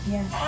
Yes